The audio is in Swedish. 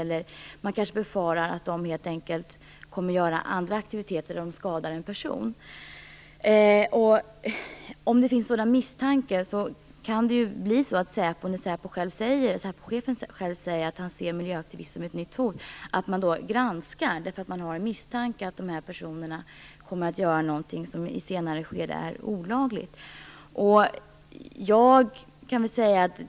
Säpo kanske befarar att de kommer att delta i andra aktiviteter där de skadar en person. Om det finns misstankar om att dessa personer kommer att göra någonting som i ett senare skede är olagligt - säpochefen säger ju själv att han ser miljöaktivisterna som ett nytt hot - kommer man kanske att granska.